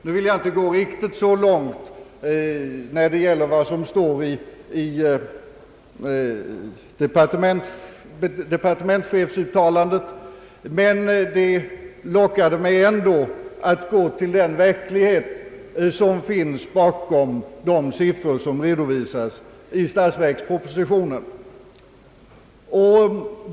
Jag vill inte gå riktigt så långt när det gäller vad som står i departementschefsuttalandet, men det lockade mig ändå att gå till den verklighet som finns bakom de siffror som redovisas i statsverkspropositionen.